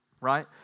Right